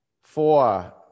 four